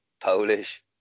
Polish